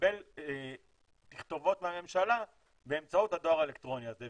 לקבל תכתובות מהממשלה באמצעות הדואר האלקטרוני הזה,